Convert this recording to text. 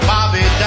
Bobby